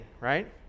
Right